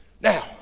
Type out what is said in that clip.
Now